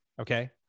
okay